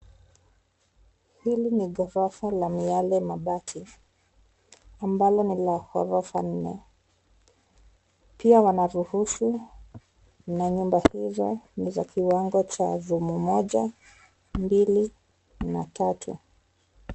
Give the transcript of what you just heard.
Hili ni ghorofa la miale mabati ambalo ni la ghorofa nne. Pia wanaruhusu na nyumba hizo ni za kiwango cha room moja, mbili na tatu.